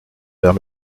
vers